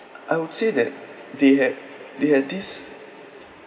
I would say that they had they had this